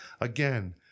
again